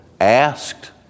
Asked